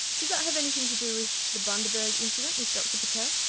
does that have anything to do with the bundaberg incident with dr patel?